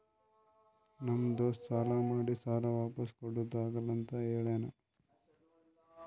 ನಮ್ ದೋಸ್ತ ಸಾಲಾ ಮಾಡಿ ಸಾಲಾ ವಾಪಿಸ್ ಕುಡಾದು ಆಗಲ್ಲ ಅಂತ ಹೇಳ್ಯಾನ್